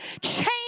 change